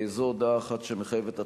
זו הודעה אחת שמחייבת הצבעה.